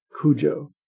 Cujo